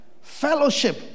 Fellowship